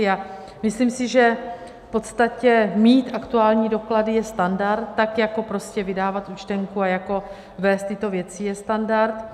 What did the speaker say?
A myslím si, že v podstatě mít aktuální doklady je standard, tak jako vydávat účtenku a jako vést tyto věci je standard.